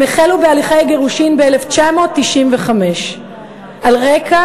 הם החלו בהליכי גירושים ב-1995 על רקע